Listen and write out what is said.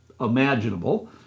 imaginable